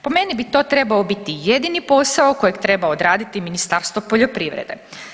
Po meni bi to trebao biti jedini posao kojeg treba odraditi Ministarstvo poljoprivrede.